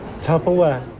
Tupperware